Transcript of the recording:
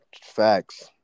Facts